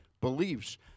beliefs